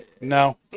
no